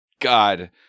God